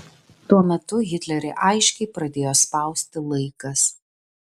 tuo metu hitlerį aiškiai pradėjo spausti laikas